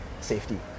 safety